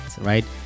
right